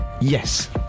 Yes